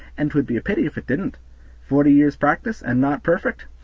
and twould be a pity if it didn't forty years' practice, and not perfect!